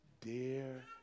Dear